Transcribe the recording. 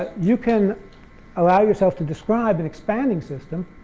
ah you can allow yourself to describe an expanding system